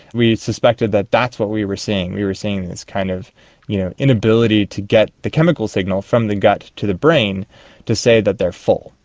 we suspected that that's what we were seeing, we were seeing this kind of you know inability to get the chemical signal from the gut to the brain to say that they are full.